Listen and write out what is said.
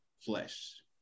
flesh